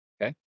Okay